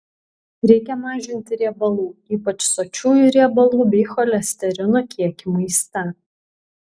reikia mažinti riebalų ypač sočiųjų riebalų bei cholesterino kiekį maiste